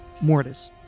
Mortis